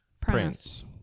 Prince